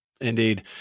Indeed